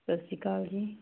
ਸਤਿ ਸ਼੍ਰੀ ਅਕਾਲ ਜੀ